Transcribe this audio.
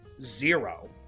zero